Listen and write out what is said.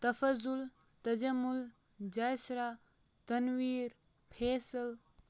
Tafazul Tajamul Jasira Tanveer Faisal